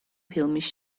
ფილმის